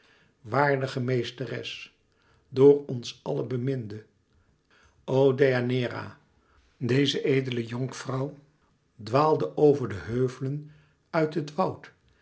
waardige meesteresse door ons allen beminde o deianeira deze edele jonkvrouw dwaalde over de heuvelen uit het woud